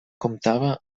comptava